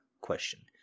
question